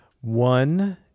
One